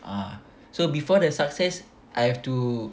ah so before that success I have to